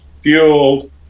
fueled